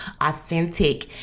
authentic